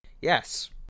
Yes